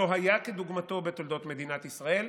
לא היה כדוגמתו בתולדות מדינת ישראל.